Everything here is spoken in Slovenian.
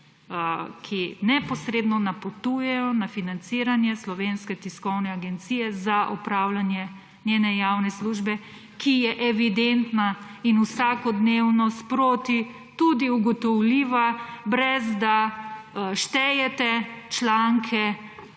ki neposredno napotujejo na financiranje Slovenske tiskovne agencije za opravljanje njene javne službe, ki je evidentna in vsakodnevno sproti tudi ugotovljiva, brez da štejete članke